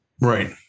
Right